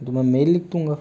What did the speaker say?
तो मैं मेल लिख दूँगा